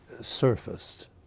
surfaced